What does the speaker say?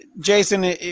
Jason